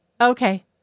Okay